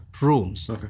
rooms